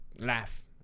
laugh